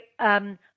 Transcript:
right